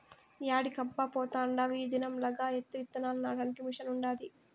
యాడికబ్బా పోతాండావ్ ఈ దినం లగాయత్తు ఇత్తనాలు నాటడానికి మిషన్ ఉండాది